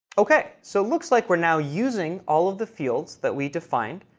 ok, so it looks like we're now using all of the fields that we defined,